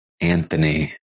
Anthony